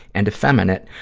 and effeminate,